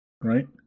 right